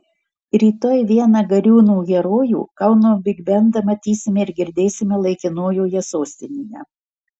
rytoj vieną gariūnų herojų kauno bigbendą matysime ir girdėsime laikinojoje sostinėje